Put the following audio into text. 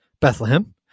Bethlehem